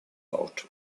old